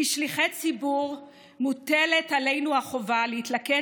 כשליחי ציבור מוטלת עלינו החובה להתלכד